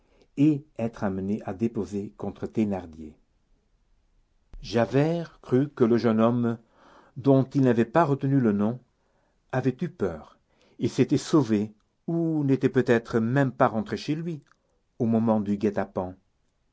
et être amené à déposer contre thénardier javert crut que le jeune homme dont il n'avait pas retenu le nom avait eu peur et s'était sauvé ou n'était peut-être même pas rentré chez lui au moment du guet-apens